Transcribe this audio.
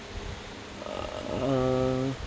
uh